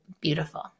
beautiful